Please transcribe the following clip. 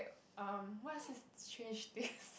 um what's this strange taste